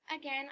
again